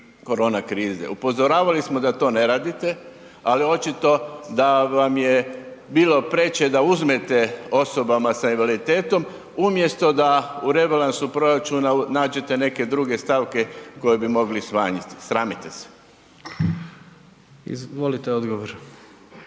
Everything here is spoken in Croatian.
korona krize? Upozoravali smo da to ne radite, ali očito da vam je bilo preče da uzmete osobama sa invaliditetom umjesto da u rebalansu proračuna nađene neke druge stavke koje bi mogli smanjiti. Sramite se. **Jandroković,